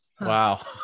Wow